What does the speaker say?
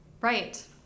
Right